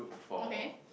okay